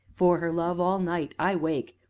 for her love, all night i wake,